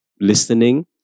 listening